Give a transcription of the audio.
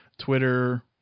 Twitter